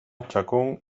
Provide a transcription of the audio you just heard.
chacón